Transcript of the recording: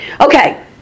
Okay